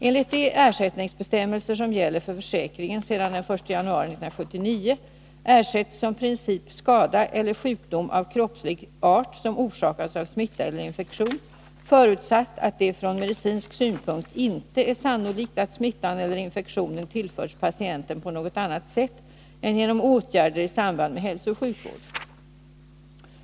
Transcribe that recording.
Enligt de ersättningsbestämmelser som gäller för försäkringen sedan den 1 januari 1979 ersätts som princip skada eller sjukdom av kroppslig art som orsakats av smitta eller infektion, förutsatt att det från medicinsk synpunkt inte är sannolikt att smittan eller infektionen tillförts patienten på något annat sätt än genom åtgärder i samband med hälsooch sjukvård.